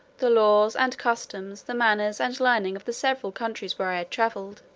the laws and customs, the manners and learning of the several countries where i had travelled.